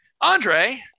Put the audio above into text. Andre